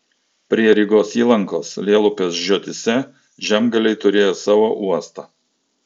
prie rygos įlankos lielupės žiotyse žemgaliai turėjo savo uostą